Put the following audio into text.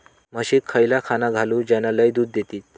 म्हशीक खयला खाणा घालू ज्याना लय दूध देतीत?